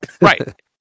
Right